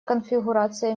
конфигурация